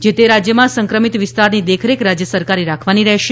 જે તે રાજયમાં સંક્રમિત વિસ્તારની દેખરેખ રાજય સરકારે રાખવાની રહેશે